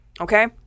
Okay